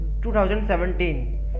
2017